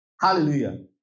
Hallelujah